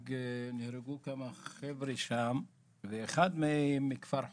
נהרגו כמה חבר'ה שם, אחד מכפר חורפיש,